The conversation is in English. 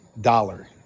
dollar